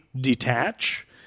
detach